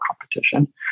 competition